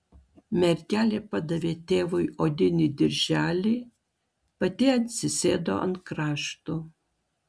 mergelė padavė tėvui odinį dirželį pati atsisėdo ant krašto